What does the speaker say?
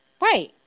right